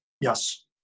Yes